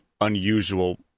unusual